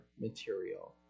material